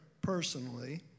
personally